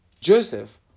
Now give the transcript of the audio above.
Joseph